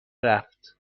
رفت